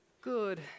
good